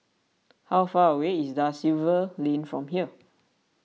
how far away is Da Silva Lane from here